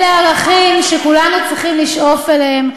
אלה ערכים שכולנו צריכים לשאוף אליהם,